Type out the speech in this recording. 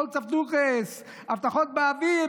לופט הבטוחעס, הבטחות באוויר.